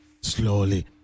Slowly